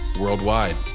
worldwide